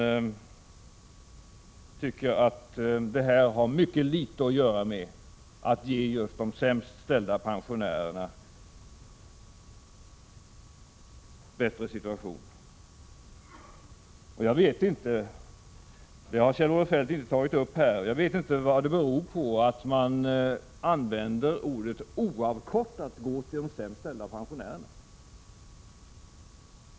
Det är klart att det här har mycket litet att göra med att skapa en bättre situation för de sämst ställda pensionärerna. Jag vet inte — Kjell-Olof Feldt har inte tagit upp den saken här — varför man använder ordet oavkortat. Man har ju talat om att de pengar som man på det här sättet får in ”oavkortat” skall gå till de sämst ställda pensionärerna.